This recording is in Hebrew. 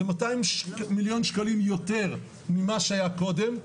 זה 200 מיליון שקלים יותר ממה שהיה קודם,